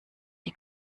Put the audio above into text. die